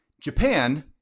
Japan